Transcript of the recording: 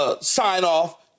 sign-off